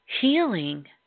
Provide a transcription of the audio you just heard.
healing